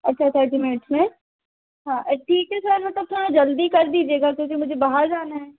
और सोसाइटी में इसमें हाँ ठीक है सर मतलब थोड़ा जल्दी कर दीजिएगा क्योंकि मुझे बाहर जाना है